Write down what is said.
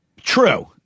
True